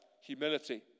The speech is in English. humility